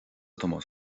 tomás